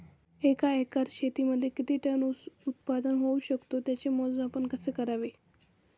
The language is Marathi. एका एकर शेतीमध्ये किती टन ऊस उत्पादन होऊ शकतो? त्याचे मोजमाप कसे करावे?